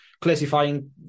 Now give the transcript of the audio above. classifying